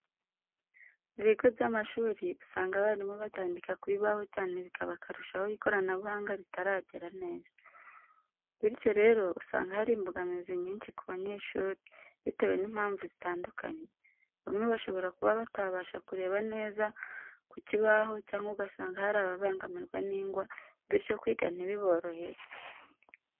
Mu bigo by'amashuri, usanga abarimu bacyandika ku bibaho cyane bikaba akarusho aho ikoranabuhanga ritaragera neza. Bityo rero usanga hari imbogamizi nyinshi ku banyeshuri, bitewe n'impamvu zitandukanye, bamwe bashobora kuba batabasha kureba neza ku kibaho cyangwa ugasanga hari ababangamirwa n'ingwa bityo kwiga ntibiborohere.